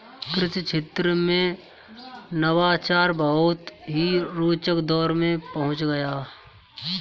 कृषि क्षेत्र में नवाचार बहुत ही रोचक दौर में पहुंच गया है